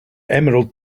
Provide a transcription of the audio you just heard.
emerald